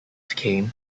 came